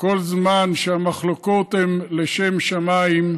כל זמן שהמחלוקות הן לשם שמיים,